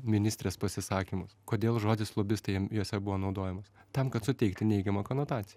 ministrės pasisakymus kodėl žodis lobistai jam jose buvo naudojamas tam kad suteikti neigiamą konotaciją